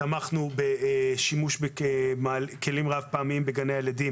תמכנו בשימוש בכלים רב פעמיים בגני ילדים